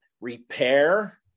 repair